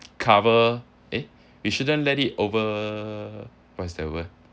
cover eh we shouldn't let it over what's the word